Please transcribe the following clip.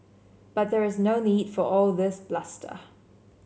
but there is no need for all this bluster